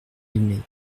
aimé